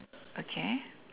okay